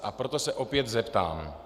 A proto se opět zeptám.